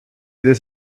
this